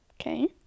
okay